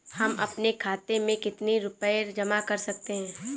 हम अपने खाते में कितनी रूपए जमा कर सकते हैं?